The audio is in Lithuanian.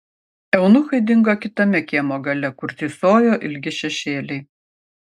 eunuchai dingo kitame kiemo gale kur tįsojo ilgi šešėliai